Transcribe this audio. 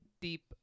deep